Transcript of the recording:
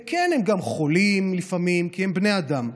וכן, הם גם חולים לפעמים, כי הם בני אדם.